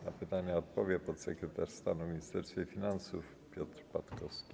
Na pytania odpowie podsekretarz stanu w Ministerstwie Finansów Piotr Patkowski.